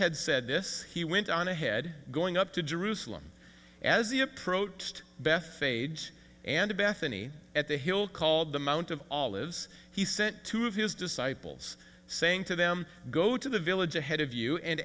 had said this he went on ahead going up to jerusalem as he approached bethpage and bethany at the hill called the mount of olives he sent two of his disciples saying to them go to the village ahead of you and